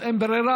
אז אין ברירה.